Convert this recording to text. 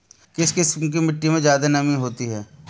किस किस्म की मिटटी में ज़्यादा नमी होती है?